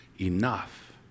enough